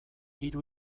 hiru